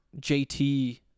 JT